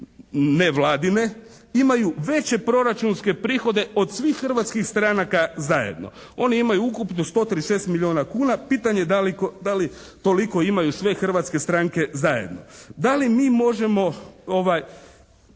nevladine imaju veće proračunske prihode od svih hrvatskih stranaka zajedno. One imaju ukupno 136 milijuna kuna. Pitanje je da li toliko imaju sve hrvatske stranke zajedno? Da li mi možemo